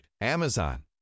Amazon